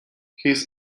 his